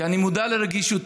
שאני מודע לרגישותו.